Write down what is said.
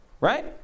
right